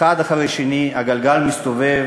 האחד אחרי השני, הגלגל מסתובב.